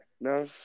no